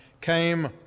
came